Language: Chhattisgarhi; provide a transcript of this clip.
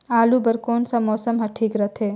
आलू बार कौन सा मौसम ह ठीक रथे?